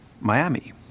Miami